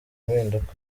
mpinduka